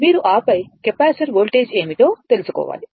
మీరు ఆపై capacitor voltage ఏమిటో తెలుసుకోవాలి